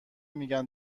میگن